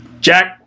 Jack